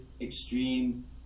extreme